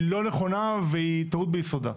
היא לא נכונה והיא טעות ביסודה.